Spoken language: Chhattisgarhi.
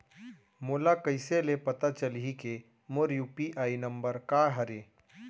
मोला कइसे ले पता चलही के मोर यू.पी.आई नंबर का हरे?